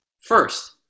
first